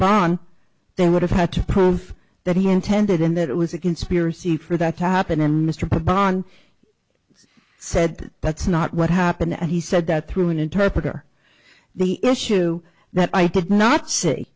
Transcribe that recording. iran they would have had to prove that he intended in that it was a conspiracy for that to happen and mr von said that's not what happened and he said that through an interpreter the issue that i did not s